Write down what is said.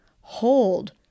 Hold